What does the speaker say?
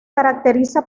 caracteriza